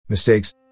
Mistakes